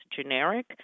generic